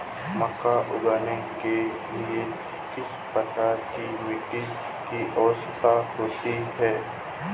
मक्का उगाने के लिए किस प्रकार की मिट्टी की आवश्यकता होती है?